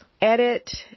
edit